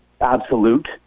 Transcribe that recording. absolute